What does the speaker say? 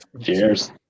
Cheers